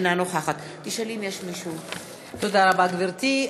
אינה נוכחת תודה רבה, גברתי.